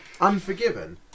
Unforgiven